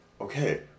okay